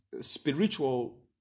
spiritual